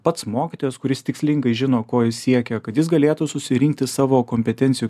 pats mokytojas kuris tikslingai žino ko jis siekia kad jis galėtų susirinkti savo kompetencijų